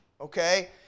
okay